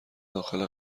داخل